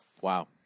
Wow